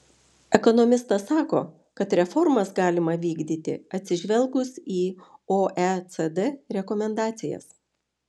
ekonomistas sako kad reformas galima vykdyti atsižvelgus į oecd rekomendacijas